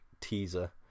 teaser